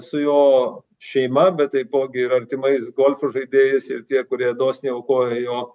su jo šeima bet taipogi ir artimais golfo žaidėjais ir tie kurie dosniai aukojo jo